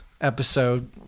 episode